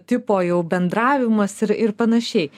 tipo jau bendravimas ir ir panašiai